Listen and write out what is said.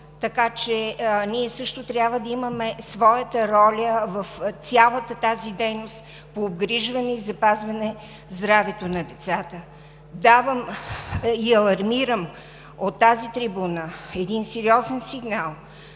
така че ние също трябва да имаме своята роля в цялата тази дейност по обгрижване и запазване здравето на децата. Давам и алармирам от тази трибуна един сериозен сигнал,